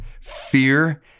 fear